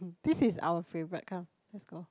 this is our favorite kind let's go